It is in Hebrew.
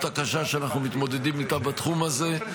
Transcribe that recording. הקשה שאנחנו מתמודדים איתה בתחום הזה.